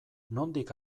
nondik